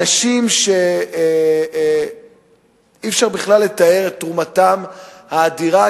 אנשים שאי-אפשר בכלל לתאר את תרומתם האדירה,